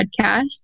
podcast